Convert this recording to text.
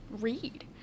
read